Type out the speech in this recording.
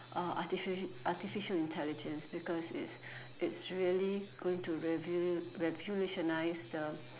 uh artifici~ artificial intelligence because it's it's really going to reveal revolutionize the